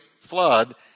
flood